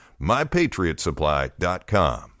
MyPatriotsupply.com